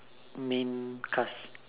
mean class